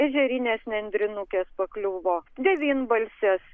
ežerinės nendrinukės pakliuvo devynbalsės